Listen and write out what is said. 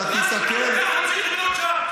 אתה תיתקל, נמשיך לבנות שם.